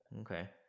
Okay